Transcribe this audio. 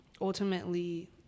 ultimately